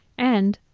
and,